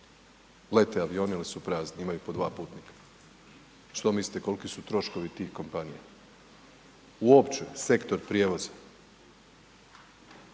lete avioni ali su prazni, imaju po dva putnika. Što mislite koliki su troškovi tih kompanija? Uopće sektor prijevoza?